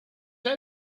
they